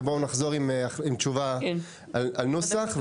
ובואו נחזור עם תשובה על נוסח,